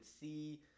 see